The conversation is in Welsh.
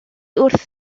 wrth